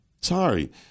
Sorry